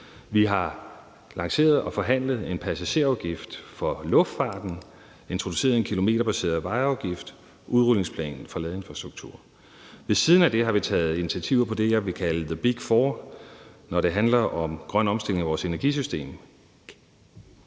Vi har lanceret og forhandlet en passagerafgift for luftfarten og introduceret en kilometerbaseret vejafgift og en udrulningsplan for ladeinfrastruktur. Ved siden af det har vi taget initiativer på det område, jeg vil kalde the big four, når det handler om grøn omstilling af vores energisystem.